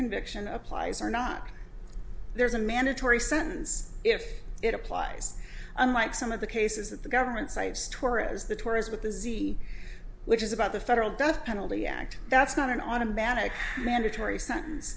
conviction applies or not there's a mandatory sentence if it applies unlike some of the cases that the government cites torahs the tour is with the z which is about the federal death penalty act that's not an automatic mandatory sentence